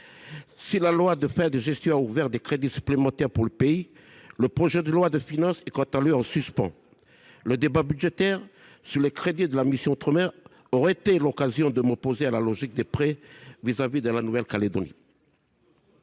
si la loi de fin de gestion a ouvert des crédits supplémentaires pour le pays, le projet de loi de finances est quant à lui en suspens. Le débat budgétaire sur les crédits de la mission « Outre mer » aurait été pour moi l’occasion de m’opposer à la logique de prêts envisagée pour la Nouvelle Calédonie.